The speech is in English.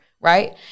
right